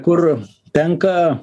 kur tenka